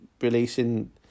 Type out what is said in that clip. releasing